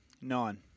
Nine